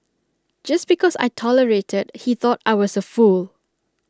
just because I tolerated he thought I was A fool